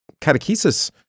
catechesis